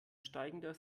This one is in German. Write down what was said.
steigender